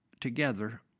together